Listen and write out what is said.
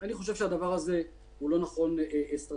אני חושב שהדבר הזה הוא לא נכון אסטרטגית.